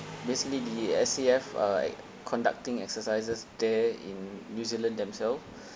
basically the S_A_F uh conducting exercises there in new zealand themselves